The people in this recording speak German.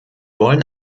wollen